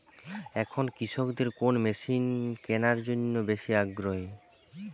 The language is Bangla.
এখন কৃষকদের কোন মেশিন কেনার জন্য বেশি আগ্রহী?